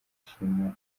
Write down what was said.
shima